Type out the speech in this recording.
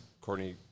Courtney